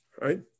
Right